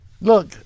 Look